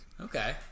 Okay